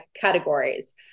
categories